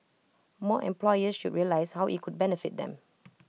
more employers should realise how IT could benefit them